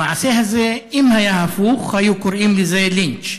המעשה הזה, אם היה הפוך, היו קוראים לזה לינץ'.